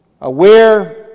aware